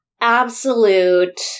absolute